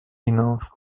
hinauf